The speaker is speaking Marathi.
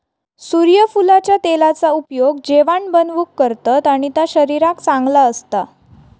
सुर्यफुलाच्या तेलाचा उपयोग जेवाण बनवूक करतत आणि ता शरीराक चांगला असता